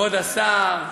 כבוד השר,